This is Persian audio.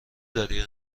داری